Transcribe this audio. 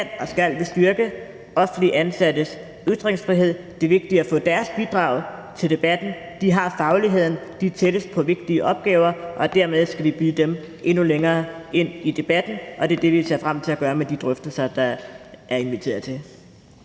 og skal vi styrke offentligt ansattes ytringsfrihed. Det er vigtigt at få deres bidrag til debatten. De har fagligheden, de er tættest på vigtige opgaver, og dermed skal vi byde dem endnu længere ind i debatten, og det er det, vi ser frem til at gøre med de drøftelser, der er inviteret til.